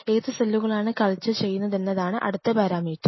ഏതു സെല്ലുകളാണ് കൾച്ചർ ചെയ്യുന്നതെന്നതാണ് അടുത്ത പാരാമീറ്റർ